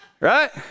right